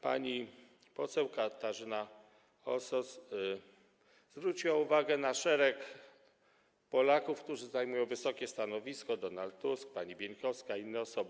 Pani poseł Katarzyna Osos zwróciła uwagę na szereg Polaków, którzy zajmują wysokie stanowiska: Donald Tusk, pani Bieńkowska i inne osoby.